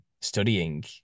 studying